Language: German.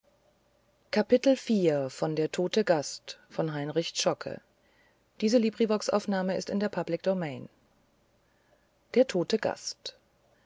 der tote gast